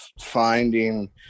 finding